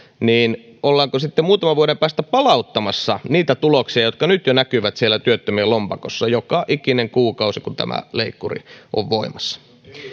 niin ollaanko sitten muutaman vuoden päästä palauttamassa niitä tuloksia jotka nyt jo näkyvät siellä työttömien lompakoissa joka ikinen kuukausi kun tämä leikkuri on voimassa